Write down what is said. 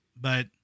but-